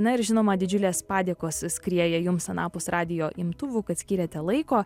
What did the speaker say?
na ir žinoma didžiulės padėkos skrieja jums anapus radijo imtuvų kad skiriate laiko